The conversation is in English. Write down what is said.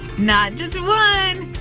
not just one,